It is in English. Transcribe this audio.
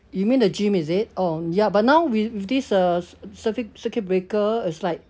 you mean the gym is it orh ya but now with this uh cir~ circuit circuit breaker it's like